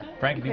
frank,